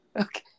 Okay